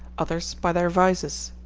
others by their vices.